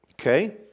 Okay